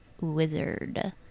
Wizard